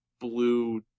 blue